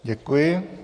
Děkuji.